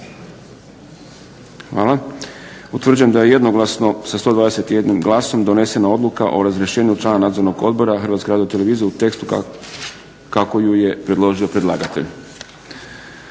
Hvala. Utvrđujem da je jednoglasno sa 121 glasom donesena Odluka o razrješenju člana Nadzornog odbora HRT-a u tekstu kako ju je predložio predlagatelj.